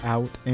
Out